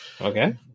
Okay